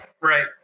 Right